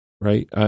right